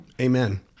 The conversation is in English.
Amen